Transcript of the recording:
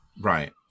right